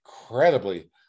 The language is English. incredibly